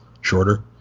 shorter